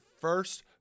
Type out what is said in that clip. first